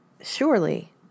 surely